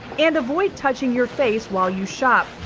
and avoid touching your face while you shop.